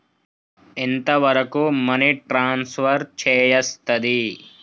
ఎంత వరకు money transfer చేయస్తది?